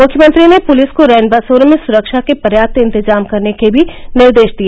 मुख्यमंत्री ने पुलिस को रैनबसेरों में सुरक्षा के पर्याप्त इंतजाम करने के भी निर्देश दिए